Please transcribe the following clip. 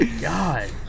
God